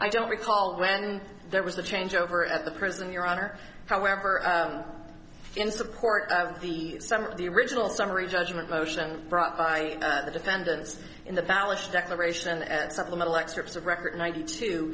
i don't recall when there was a change over at the prison your honor however in support of the some of the original summary judgment motion brought by the defendants in the foulest declaration and supplemental excerpts of record ninety two